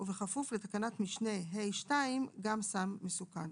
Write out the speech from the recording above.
ובכפוף לתקנת משנה (ה)(2) גם סם מסוכן.